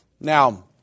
Now